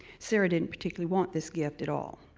sarah didn't particularly want this gift at all,